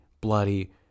bloody